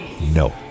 No